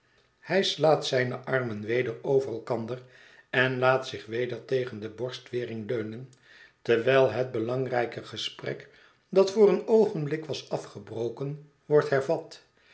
hij slaat zijne armen weder over elkander en laat zich weder tegen de borstwering leunen terwijl het belangrijke gesprek dat voor een oogenblik was afgebroken wordt hervat